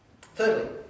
Thirdly